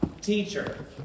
Teacher